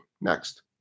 Next